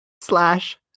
slash